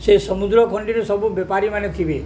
ସେ ସମୁଦ୍ର ଖଣ୍ଡିରେ ସବୁ ବେପାରୀମାନେ ଥିବେ